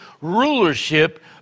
rulership